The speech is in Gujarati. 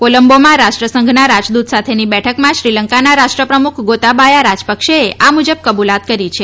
કોલંબોમાં રાષ્ટ્રસંઘના રાજદૂત સાથેની બેઠકમાં શ્રીલંકાના રાષ્ટ્રપ્રમુખ ગોતાબાયા રાજપક્ષેએ આ મુજબ કબૂલાત કરી છે